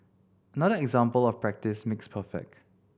another example of practice makes perfect